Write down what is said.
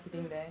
mm